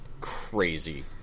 crazy